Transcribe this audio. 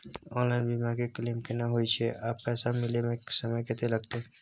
Online बीमा के claim केना होय छै आ पैसा मिले म समय केत्ते लगतै?